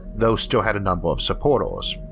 though still had a number of supporters.